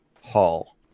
Hall